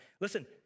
Listen